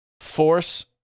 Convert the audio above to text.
force